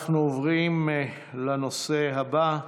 אנחנו עוברים לנושא הבא,